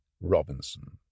Robinson